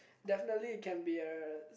definitely it can be a